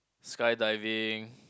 sky diving